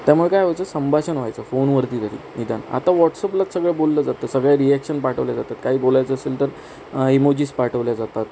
त्यामुळं काय व्हायचं संभाषण व्हायचं फोनवरती तरी निदान आता वॉट्सअपलाच सगळं बोललं जातं सगळ्या रिॲक्शन पाठवल्या जातात काही बोलायचं असेल तर इमोजीज पाठवल्या जातात